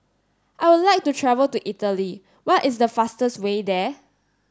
I would like to travel to Italy what is the fastest way there